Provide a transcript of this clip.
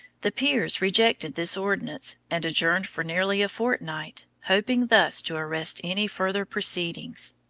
the peers rejected this ordinance, and adjourned for nearly a fort-night, hoping thus to arrest any further proceedings.